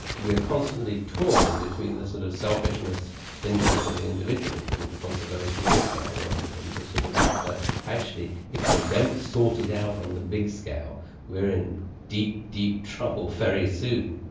we are constantly torn between the sort of selfish interests interests of the individual who wants a very small-scale world and the sort of fact that actually if we don't sort it out on the big scale, we're in deep, deep trouble very soon.